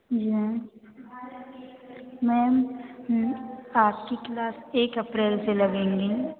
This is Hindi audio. जी मैम मैम आपकी क्लास एक अप्रैल से लगेगी